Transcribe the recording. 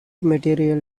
material